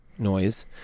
noise